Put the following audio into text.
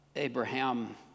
Abraham